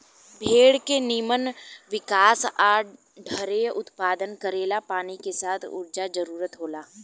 भेड़ के निमन विकास आ जढेर उत्पादन करेला पानी के साथ ऊर्जा के जरूरत होला